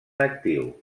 actiu